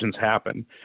happen